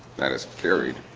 that is carried